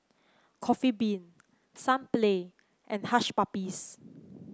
Coffee Bean Sunplay and Hush Puppies